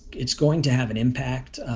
it's going to have an impact.